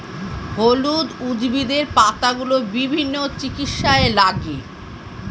হলুদ উদ্ভিদের পাতাগুলো বিভিন্ন চিকিৎসায় লাগে